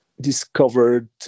discovered